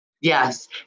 Yes